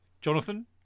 Jonathan